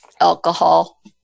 alcohol